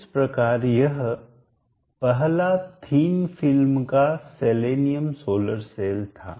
इस प्रकार यह पहला थीन पतली फिल्म का सेलेनियम सोलर सेल था